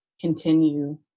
continue